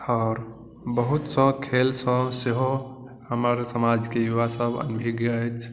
आओर बहुतसंँ खेलसँ सेहो हमर समाजके युवा सब अनभिज्ञ अछि